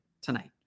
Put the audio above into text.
tonight